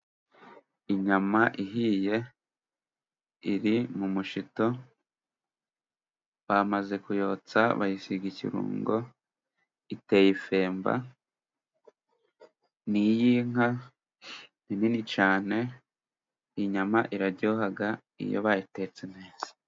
Inyama ihiye iri mu mushito bamaze kuyotsa, bayisiga ikirungo, iteye ifemba, ni iy'inka, ni nini cyane. Inyama irajyoha iyo bayitetse neza.